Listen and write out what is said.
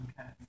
okay